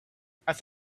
thought